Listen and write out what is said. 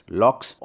locks